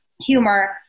humor